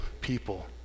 people